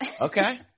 Okay